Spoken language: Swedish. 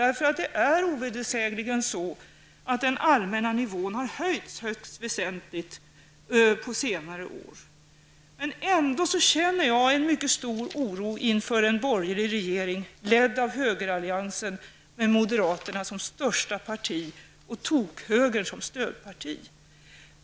Det är nämligen ovedersägligen så att den allmänna ambitionsnivån på senare år har höjts högst väsentligt. Men jag känner ändå en mycket stor oro inför tillträdandet av en borgerlig regering, ledd av högeralliansen med moderaterna som största parti och tokhögern som stödparti.